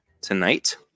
tonight